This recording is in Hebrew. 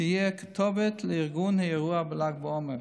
שיהיה כתובת לארגון האירוע בל"ג בעומר.